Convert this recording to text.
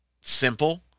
Simple